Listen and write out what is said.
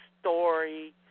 story